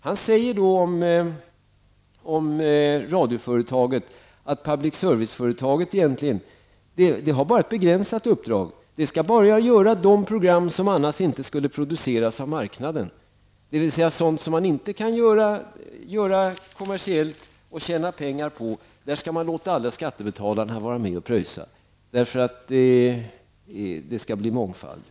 Han säger om radioföretaget att public service-företaget egentligen har ett begränsat uppdrag. Det skall bara göra de program som annars inte skulle produceras av marknaden. Alltså: Sådant som man inte kan göra kommersiellt och tjäna pengar på skall man låta alla skattebetalare vara med och betala, för att på det sättet få mångfald.